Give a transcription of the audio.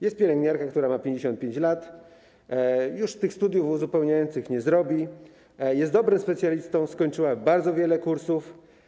Jest pielęgniarka, która ma 55 lat, już tych studiów uzupełniających nie zrobi, jest dobrym specjalistą, skończyła bardzo wiele kursów.